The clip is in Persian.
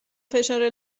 فشار